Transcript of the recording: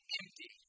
empty